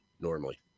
normally